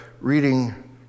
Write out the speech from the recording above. reading